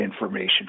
information